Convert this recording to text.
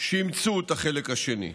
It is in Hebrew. שאימצו את החלק השני.